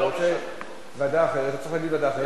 אתה רוצה ועדה אחרת, אתה צריך להגיד ועדה אחרת.